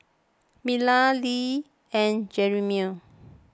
Marla Lea and Jeremie